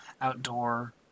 Outdoor